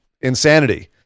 insanity